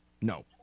No